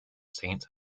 saints